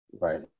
right